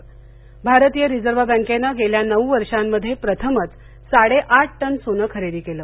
सोने भारतीय रिझर्व बॅंकेनं गेल्या नऊ वर्षांमध्ये प्रथमच साडे आठ टन सोनं खरेदी केलं